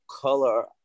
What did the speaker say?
color